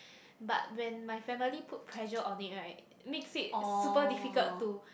but when my family put pressure on it right makes it super difficult to